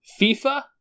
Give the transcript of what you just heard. FIFA